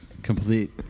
Complete